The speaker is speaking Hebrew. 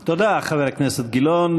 תודה, חבר הכנסת גילאון.